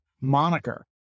moniker